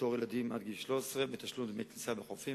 לפטור ילדים עד גיל 13 מתשלום דמי כניסה בחופים,